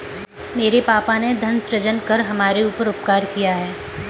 मेरे पापा ने धन सृजन कर हमारे ऊपर उपकार किया है